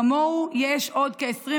כמוה יש עוד 25